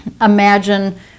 imagine